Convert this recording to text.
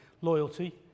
loyalty